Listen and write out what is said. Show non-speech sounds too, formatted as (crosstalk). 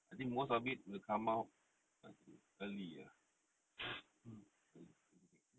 I think most of it will come out I think early ah (noise) early early next year